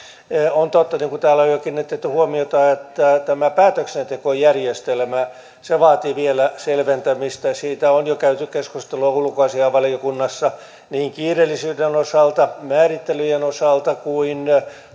on totta niin kuin täällä on jo kiinnitetty huomiota että tämä päätöksentekojärjestelmä vaatii vielä selventämistä siitä on jo käyty keskustelua ulkoasiainvaliokunnassa niin kiireellisyyden osalta määrittelyjen osalta kuin